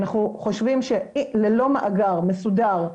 אנחנו חושבים שללא מאגר מסודר,